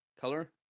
color